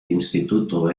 instituto